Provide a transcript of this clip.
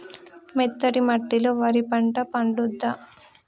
మెత్తటి మట్టిలో వరి పంట పండుద్దా?